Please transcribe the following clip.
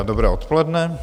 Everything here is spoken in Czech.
Dobré odpoledne.